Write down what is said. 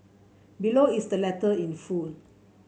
below is the letter in full